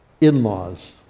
in-laws